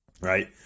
Right